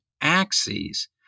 axes